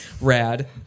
Rad